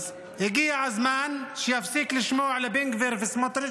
אז הגיע הזמן שיפסיק לשמוע לבן גביר ולסמוטריץ',